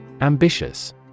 Ambitious